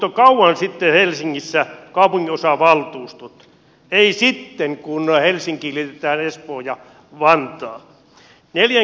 jo kauan sitten kaupunginosavaltuustot olisivat olleet helsingissä lähidemokratian alku ei sitten kun helsinkiin liitetään espoo ja vantaa